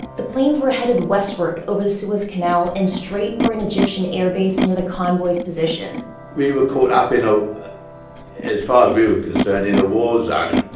the planes were headed westward over the suez canal and straight for an egyptian airbase near the convoy's position we were caught up in, ah as far as we were concerned, in a war zone.